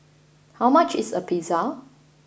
how much is a Pizza